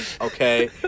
Okay